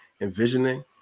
envisioning